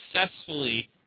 successfully